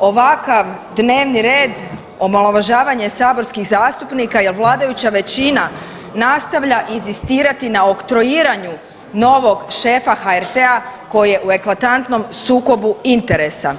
ovakav dnevni red, omalovažavanje saborskih zastupnika jer vladajuća većina nastavlja inzistirati na oktroiranju novog šefa HRT-a koji je u eklatantnom sukobu interesa.